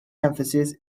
emphasis